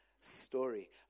story